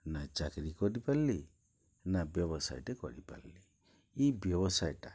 ନା ଚାକ୍ରି କରିପାର୍ଲି ନା ବ୍ୟବସାୟଟେ କରିପାରିଲି ଇ ବ୍ୟବସାୟଟା